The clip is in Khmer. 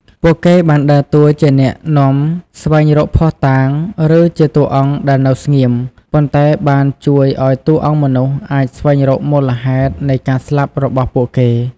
ពួកគេបានដើរតួជាអ្នកនាំស្វែងរកភស្តុតាង ឬជាតួអង្គដែលនៅស្ងៀម ប៉ុន្តែបានជួយឲ្យតួអង្គមនុស្សអាចស្វែងរកមូលហេតុនៃការស្លាប់របស់ពួកគេ។